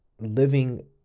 living